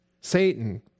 Satan